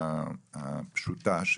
הפשוטה,